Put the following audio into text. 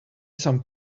some